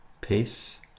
Peace